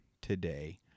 today